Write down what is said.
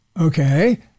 okay